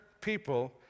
people